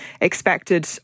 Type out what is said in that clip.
expected